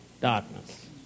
Darkness